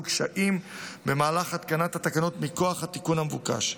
קשיים במהלך התקנת התקנות מכוח התיקון המבוקש.